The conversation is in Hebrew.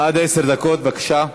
עד עשר דקות, בבקשה.